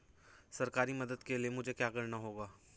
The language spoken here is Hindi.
सरकारी मदद के लिए मुझे क्या करना होगा?